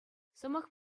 сӑмах